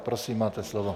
Prosím, máte slovo.